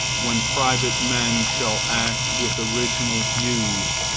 when private men shall act with original views,